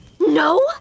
no